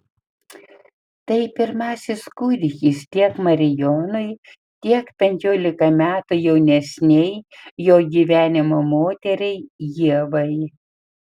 tai pirmasis kūdikis tiek marijonui tiek penkiolika metų jaunesnei jo gyvenimo moteriai ievai